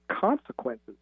consequences